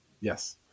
Yes